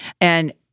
And-